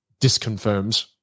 disconfirms